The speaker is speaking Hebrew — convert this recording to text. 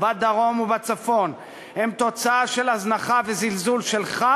בדרום ובצפון הם תוצאה של הזנחה וזלזול שלך,